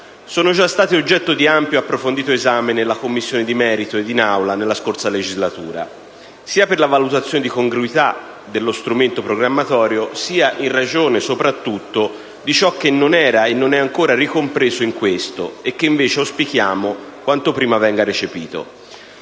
sono già state oggetto di ampio ed approfondito esame nella Commissione di merito e in Aula nella scorsa legislatura, sia per la valutazione di congruità dello strumento programmatorio, sia in ragione, soprattutto, di ciò che non era e non è ancora ricompreso in questo e che, invece, auspichiamo quanto prima venga recepito.